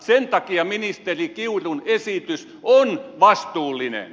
sen takia ministeri kiurun esitys on vastuullinen